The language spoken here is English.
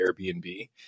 Airbnb